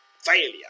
Failure